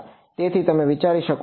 તેથી તમે વિચારી શકો છો rrnρ